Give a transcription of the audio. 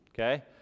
okay